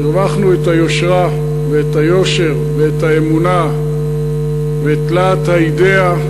הרווחנו את היושרה ואת היושר ואת האמונה ואת להט האידיאה,